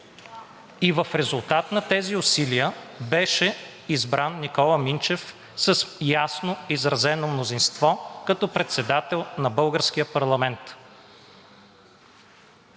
В резултат на тези усилия беше избран Никола Минчев с ясно изразено мнозинство като председател на българския парламент.